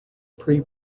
pre